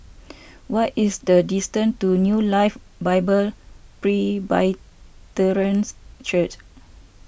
what is the distance to New Life Bible Presbyterians Church